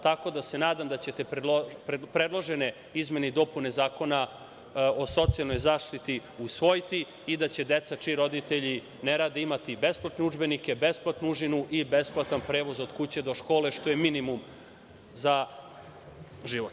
Tako da se nadam da ćete predložene izmene i dopune Zakona o socijalnoj zaštiti usvojiti i da će deca čiji roditelji ne rade imati besplatne udžbenike, besplatnu užinu i besplatan prevoz od kuće do škole, što je minimum za život.